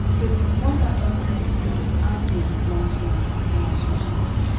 but what about those people who aren't in long term relationships?